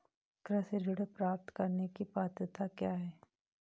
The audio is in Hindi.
कृषि ऋण प्राप्त करने की पात्रता क्या है?